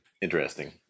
interesting